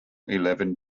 eleven